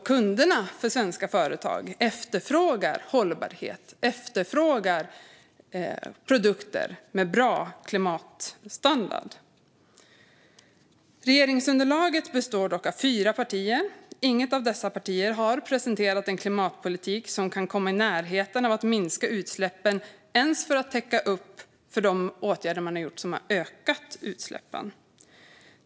Kunderna hos svenska företag efterfrågar hållbarhet och produkter med bra klimatstandard. Regeringsunderlaget består dock av fyra partier. Inget av dessa partier har presenterat en klimatpolitik som kan komma i närheten av att minska utsläppen ens för att täcka upp för de åtgärder man gjort som har ökat utsläppen.